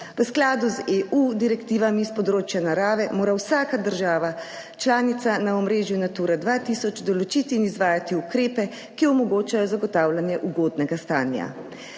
V skladu z EU direktivami s področja narave, mora vsaka država članica na omrežju Natura 2000 določiti in izvajati ukrepe, ki omogočajo zagotavljanje ugodnega stanja.